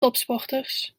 topsporters